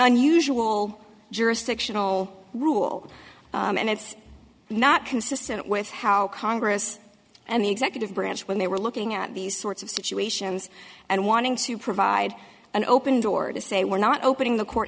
unusual jurisdictional rule and it's not consistent with how congress and the executive branch when they were looking at these sorts of situations and wanting to provide an open door to say we're not opening the court